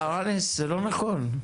ברנס, זה לא נכון.